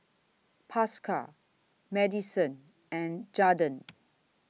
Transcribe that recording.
Pascal Madisen and Jadon